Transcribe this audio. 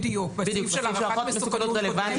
בדיוק, בסעיף של הערכת מסוכנות קודמת.